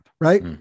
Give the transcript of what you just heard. Right